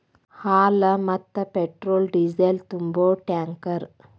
ಹಾಲ, ಮತ್ತ petrol diesel ತುಂಬು ಟ್ಯಾಂಕರ್